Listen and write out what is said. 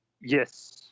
Yes